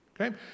Okay